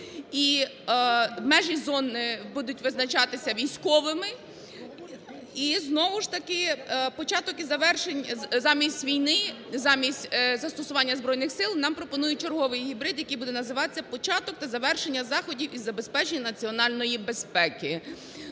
І межі зон будуть визначатися військовими, і знову ж таки початок і завершення… замість війни, замість застосування Збройних Сил нам пропонують черговий гібрид, який буде називатися, початок та завершення заходів із забезпечення національної безпеки.